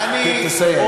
תסיים.